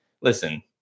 Listen